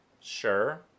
sure